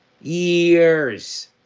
years